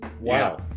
Wow